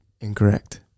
Incorrect